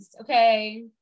Okay